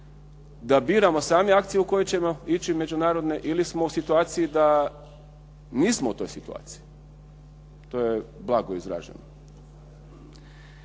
da biramo same akcije u koje ćemo ići međunarodne ili smo u situaciji da nismo u toj situaciji? To je blago izraženo.